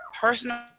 personal